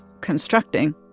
constructing